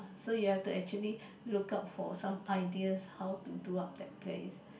so you have to actually look out for some ideas how to do up that place